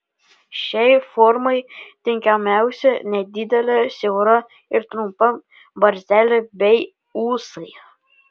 šiai formai tinkamiausia nedidelė siaura ir trumpa barzdelė bei ūsai